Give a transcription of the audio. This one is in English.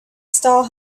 stall